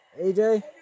AJ